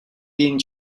being